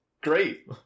great